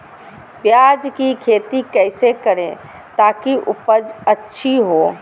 प्याज की खेती कैसे करें ताकि अच्छी उपज हो?